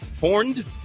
horned